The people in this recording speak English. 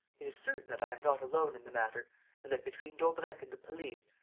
it is certain that i am not alone in the matter and that, between daubrecq and the police,